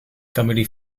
comedy